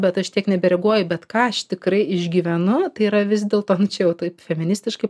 bet aš tiek nebereaguoju bet ką aš tikrai išgyvenu tai yra vis dėlto anksčiau taip feministiškai